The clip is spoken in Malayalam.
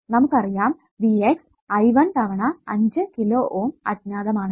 നമുക്ക് അറിയാം Vx I1 തവണ 5 കിലോ ഓം അജ്ഞാതമാണെന്ന്